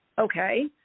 Okay